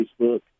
Facebook